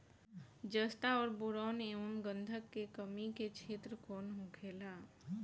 जस्ता और बोरान एंव गंधक के कमी के क्षेत्र कौन होखेला?